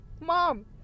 Mom